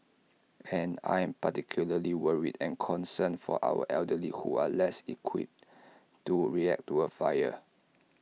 and I'm particularly worried and concerned for our elderly who are less equipped to react to A fire